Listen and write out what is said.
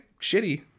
shitty